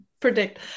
predict